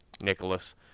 Nicholas